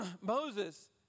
Moses